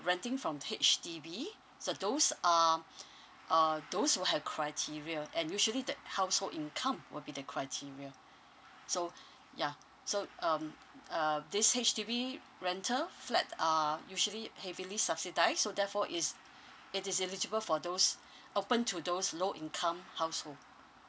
renting from H_D_B so those um err those who have criteria and usually the household income will be the criteria so ya so um uh this H_D_B rental flat are usually heavily subsidised so therefore is it is eligible for those open to those low income household